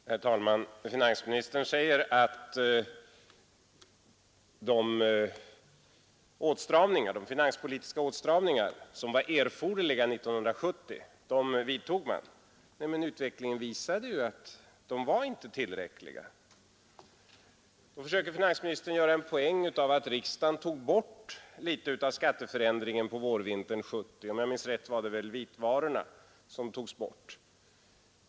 Herr talman! Finansministern säger att man vidtog de finanspolitiska åtstramningar som var erforderliga 1970. Men utvecklingen visade ju att de inte var tillräckliga. Vidare försökte finansministern göra en poäng av att riksdagen tog bort litet av skatteförändringen på vårvintern 1970; om jag minns rätt var det vitvarorna som togs bort.